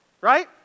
right